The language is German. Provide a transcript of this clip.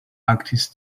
arktis